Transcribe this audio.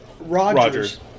Rodgers